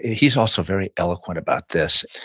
he's also very eloquent about this,